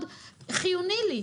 זה מאוד חיוני לי.